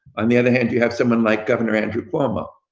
on the other hand, you have someone like governor andrew cuomo,